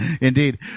indeed